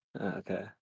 Okay